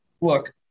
look